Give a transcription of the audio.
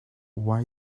why